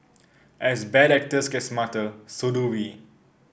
as bad actors get smarter so do we